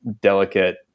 delicate